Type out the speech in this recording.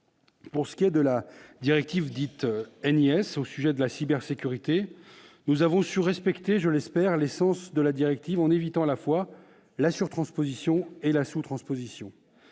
Pour ce qui est de la directive NIS relative à la cybersécurité, nous avons su respecter, je l'espère, l'essence de la directive, en évitant à la fois la surtransposition et la sous-transposition.